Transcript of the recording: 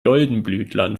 doldenblütlern